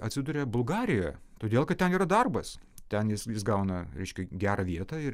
atsiduria bulgarijoj todėl kad ten yra darbas ten jis jis gauna reiškia gerą vietą ir